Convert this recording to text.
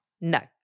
No